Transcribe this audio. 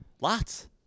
Lots